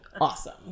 Awesome